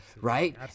right